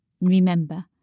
Remember